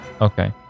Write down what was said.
Okay